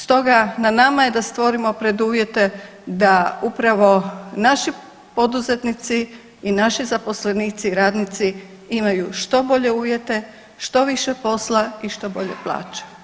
Stoga na nama je da stvorimo preduvjete da upravo naši poduzetnici i naši zaposlenici, radnici imaju što bolje uvjete, što više posla i što bolje plaće.